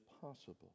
possible